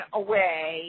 away